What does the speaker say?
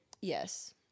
Yes